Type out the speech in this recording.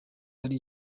ari